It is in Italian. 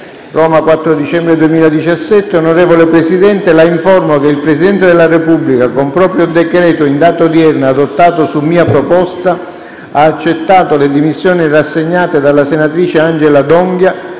«Roma, 4 dicembre 2017 Onorevole Presidente, La informo che il Presidente della Repubblica, con proprio decreto in data odierna, adottato su mia proposta, ha accettato le dimissioni rassegnate dalla sen. Angela D'ONGHIA